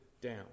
down